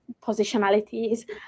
positionalities